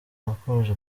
nakomeje